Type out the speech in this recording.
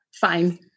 Fine